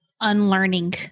unlearning